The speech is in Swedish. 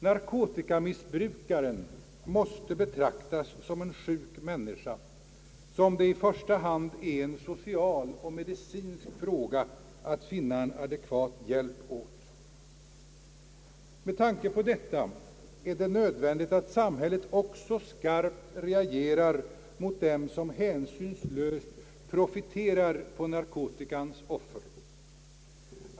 Narkotikamissbrukaren måste betraktas som en sjuk människa som det i första hand ur social och medicinsk synpunkt gäller att finna adekvat hjälp åt. Med tanke på detta är det nödvändigt att samhället också skarpt reagerar mot dem som hänsynslöst profiterar på narkotikaoffren.